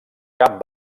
cap